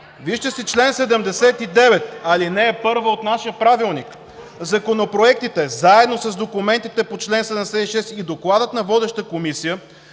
Вижте си чл. 79, ал. 1 от нашия правилник: „Законопроектите заедно с документите по чл. 76 и докладът на водещата комисия,